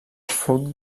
fou